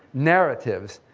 narratives,